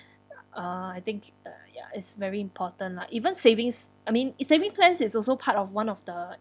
uh I think uh ya it's very important lah even savings I mean saving plan is also part of one of the